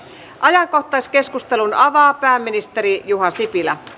ajankohtaiskeskustelun avaa pääministeri juha sipilä